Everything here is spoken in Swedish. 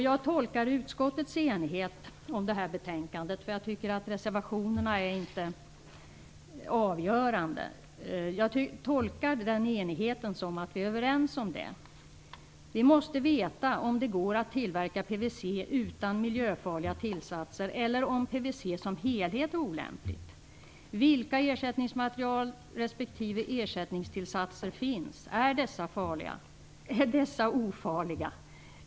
Jag tolkar utskottets enighet om det här betänkandet - för jag tycker inte att reservationerna är avgörande - som att vi är överens om det. Vi måste veta om det går att tillverka PVC utan miljöfarliga tillsatser eller om PVC som helhet är olämplig. Vilka ersättningsmaterial respektive ersättningstillsatser finns? Är dessa ofarliga?